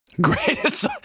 Greatest